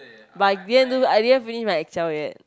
but I didn't do I didn't finish my excel yet